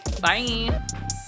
Bye